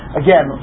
again